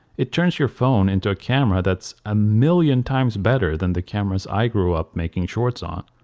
it turns your phone into a camera that's a million times better than the cameras i grew up making shorts on.